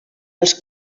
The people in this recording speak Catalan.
els